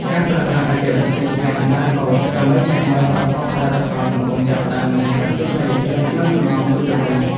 ការប្រើប្រាស់បច្ចេកវិទ្យាស្កេនបាកូដដើម្បីឆែកមើលប្រភពផលិតផលកំពុងចាប់ផ្តើមមានប្រជាប្រិយភាពក្នុងចំណោមយុវវ័យ។